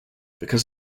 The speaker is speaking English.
because